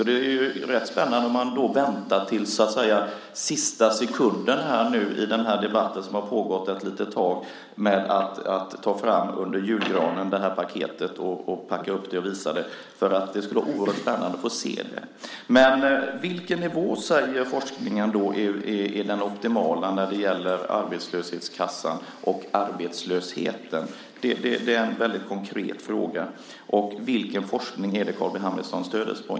Det är rätt spännande om man väntar till sista sekunden i den här debatten, som har pågått ett tag, med att ta fram det här paketet under julgranen, packa upp det och visa det. Det skulle vara oerhört spännande att få se det. Vilken nivå säger forskningen är den optimala när det gäller arbetslöshetskassan och arbetslösheten? Det är en väldigt konkret fråga. Vilken forskning är det Carl B Hamilton stöder sig på?